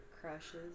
crushes